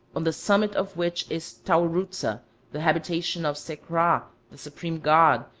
on the summit of which is tawrutisa, the habitation of sekra, the supreme god,